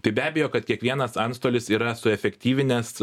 tai be abejo kad kiekvienas antstolis yra suefektyvinęs